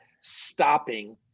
stopping